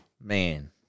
man